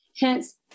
Hence